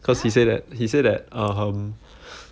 cause he said that he said that um